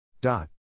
Dot